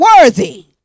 worthy